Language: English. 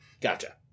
Gotcha